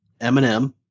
Eminem